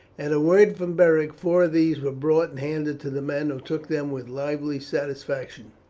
at a word from beric four of these were brought and handed to the men, who took them with lively satisfaction.